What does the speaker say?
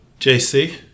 JC